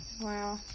Wow